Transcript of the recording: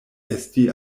esti